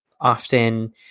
often